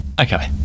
Okay